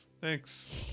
Thanks